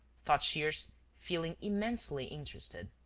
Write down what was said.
thought shears, feeling immensely interested.